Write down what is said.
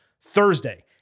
Thursday